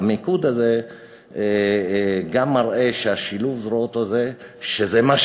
והמיקוד הזה גם מראה ששילוב הזרועות הזה משפיע,